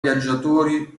viaggiatori